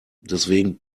deswegen